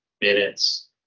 minutes